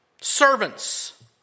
Servants